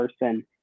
person